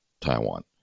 Taiwan